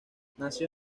nació